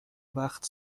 وقت